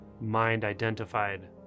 mind-identified